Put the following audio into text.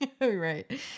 Right